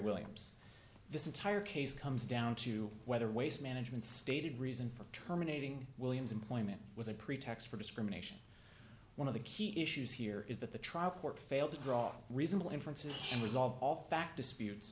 williams this entire case comes down to whether waste management stated reason for terminating williams employment was a pretext for discrimination one of the key issues here is that the trial court failed to draw reasonable inferences and resolve all fact disputes